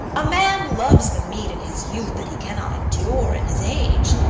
a man loves the meat in his youth that he cannot endure in his age.